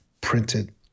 printed